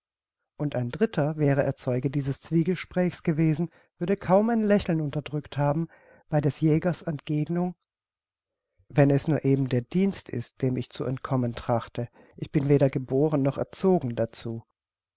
und ein dritter wäre er zeuge dieses zwiegesprächs gewesen würde kaum ein lächeln unterdrückt haben bei des jägers entgegnung wenn es nun eben der dienst ist dem ich zu entkommen trachte ich bin weder geboren noch erzogen dazu